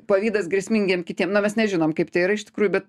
pavydas grėsmingiem kitiem na mes nežinom kaip tai yra iš tikrųjų bet